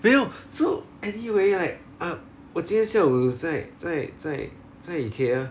没有 so anyway like I 我今天下午在在在在 Ikea